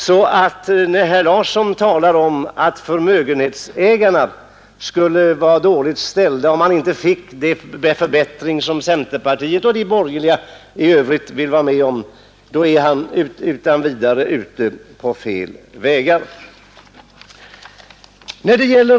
Då herr Larsson talar om att förmögenhetsägarna skulle vara ställda åt sidan, om man inte fick den förbättring som centerpartiet och de borgerliga i övrigt föreslår, kan jag därför utan vidare säga att han är ute på fel vägar.